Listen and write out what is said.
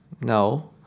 No